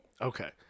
Okay